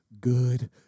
good